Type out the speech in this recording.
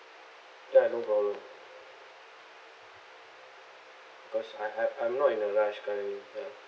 ya no problem because I I I'm not in a rush I'm uh